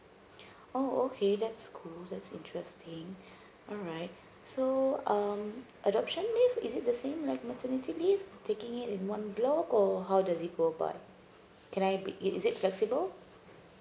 oh okay that's cool that's interesting alright so um adoption leave is it the same like maternity leave taking it in one block or how does it go about can I be it is it flexible